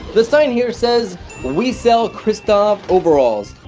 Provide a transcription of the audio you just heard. the sign here says we sell christov overalls.